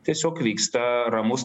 tiesiog vyksta ramus